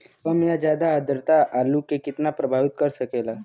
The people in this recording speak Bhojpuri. कम या ज्यादा आद्रता आलू के कितना प्रभावित कर सकेला?